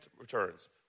returns